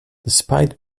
despite